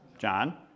John